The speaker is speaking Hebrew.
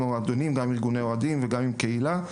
גם עם ארגוני אוהדים וגם עם קהילה,